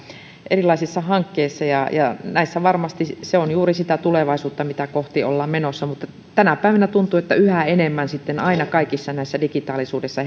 erilaisissa hankkeissa näissä varmasti se on juuri sitä tulevaisuutta mitä kohti ollaan menossa mutta tänä päivänä tuntuu että yhä enemmän sitten kaikessa tässä digitaalisuudessa